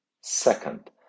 Second